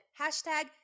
hashtag